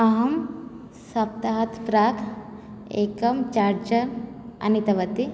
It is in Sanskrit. अहं सप्ताहात् प्राक् एकं चार्जर् आनीतवती